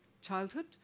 childhood